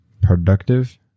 productive